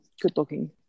good-looking